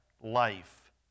life